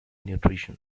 nutrition